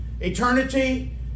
Eternity